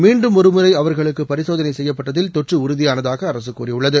மீண்டும் ஒருமுறை அவர்களுக்கு பரிசோதனை செய்யப்பட்டதில் தொற்று உறுதியானதாக அரசு கூறியுள்ளது